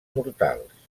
mortals